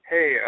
Hey